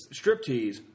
striptease